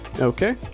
Okay